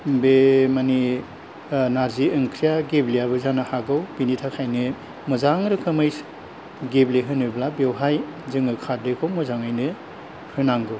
बे माने नारजि ओंख्रिया गेब्लेयाबो जानो हागौ बिनि थाखायनो मोजां रोखोमै गेब्लेहोनोब्ला बेवहाय जोङो खारदैखौ मोजाङैनो होनांगौ